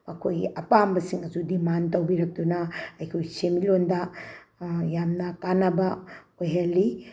ꯃꯈꯣꯏꯒꯤ ꯑꯄꯥꯝꯕꯁꯤꯡ ꯑꯗꯨ ꯗꯤꯃꯥꯟ ꯇꯧꯕꯤꯔꯛꯇꯨꯅ ꯑꯩꯈꯣꯏ ꯁꯦꯟꯃꯤꯠꯂꯣꯟꯗ ꯌꯥꯝꯅ ꯀꯥꯟꯅꯕ ꯑꯣꯏꯍꯜꯂꯤ